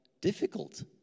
difficult